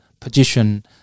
position